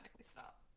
stop